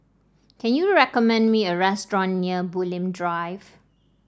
can you recommend me a restaurant near Bulim Drive